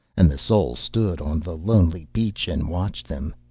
and the soul stood on the lonely beach and watched them.